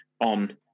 on